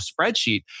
spreadsheet